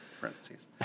Parentheses